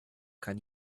can